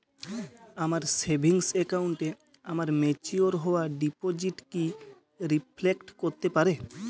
আমার সেভিংস অ্যাকাউন্টে আমার ম্যাচিওর হওয়া ডিপোজিট কি রিফ্লেক্ট করতে পারে?